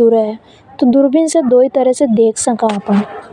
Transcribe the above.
दूर दिखे।